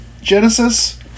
Genesis